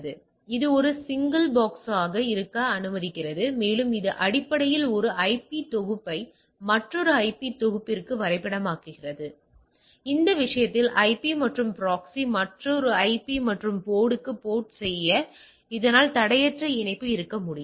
எனவே இது ஒரு சிங்கிள் பாக்சாக இருக்க அனுமதிக்கிறது மேலும் இது அடிப்படையில் ஒரு ஐபி தொகுப்பை மற்றொரு ஐபி தொகுப்பிற்கு வரைபடமாக்குகிறது அந்த விஷயத்தில் ஐபி மற்றும் ப்ராக்ஸி மற்றொரு ஐபி மற்றும் போர்ட்டுக்கு போர்ட் செய்ய இதனால் தடையற்ற இணைப்பு இருக்க முடியும்